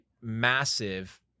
massive